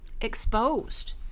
exposed